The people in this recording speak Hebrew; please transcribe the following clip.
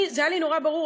היה לי נורא ברור,